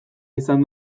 izan